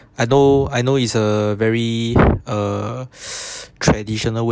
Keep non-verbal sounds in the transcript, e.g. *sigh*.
I know I know is a very err *noise* traditional way